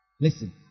Listen